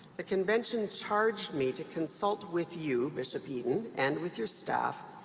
the convention charged me to consult with you, bishop eaton, and with your staff,